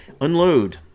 unload